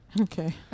okay